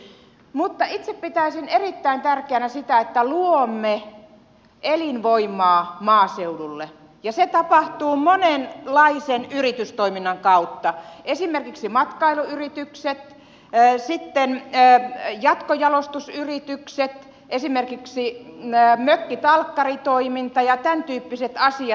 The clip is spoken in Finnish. mutta itse pitäisin erittäin tärkeänä sitä että luomme elinvoimaa maaseudulle ja se tapahtuu monenlaisen yritystoiminnan kautta esimerkiksi matkailuyritykset sitten jatkojalostusyritykset esimerkiksi mökkitalkkaritoiminta ja tämäntyyppiset asiat